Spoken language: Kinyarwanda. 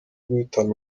guhitana